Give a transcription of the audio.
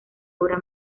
obra